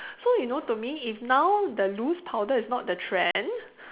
so you know to me if now the loose powder is not the trend